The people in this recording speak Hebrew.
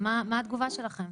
מה התגובה שלכן?